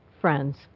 friends